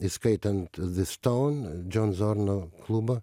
įskaitant the stone john zorno klubą